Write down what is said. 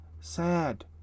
sad